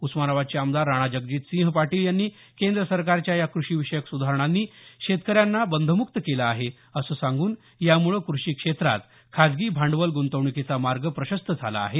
उस्मानाबादचे आमदार राणा जगजितसिंह पाटील यांनी केंद्र सरकारच्या या कृषिविषयक सुधारणांनी शेतकऱ्यांना बंधमुक्त केलं आहे असं सांगून यामुळे कृषी क्षेत्रात खाजगी भांडवल गुंतवणुकीचा मार्ग प्रशस्त झाला आहे